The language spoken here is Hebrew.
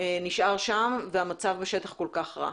שם והמצב בשטח כל כך רע?